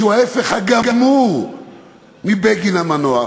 שהוא ההפך הגמור מבגין המנוח,